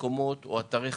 מקומות או אתרי חציבה.